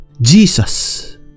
Jesus